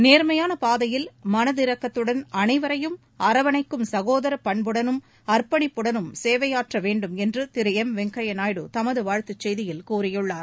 நேர்மையான பாதையில் மனதிறக்கத்துடன் அனைவரையும் அரவணைக்கும் சகோதர பண்புடலும் அர்ப்பணிப்புடனும் சேவையாற்ற வேண்டும் என்று திரு எம் வெங்கையா நாயுடு தமது வாழ்த்து செய்தியில் கூறியுள்ளார்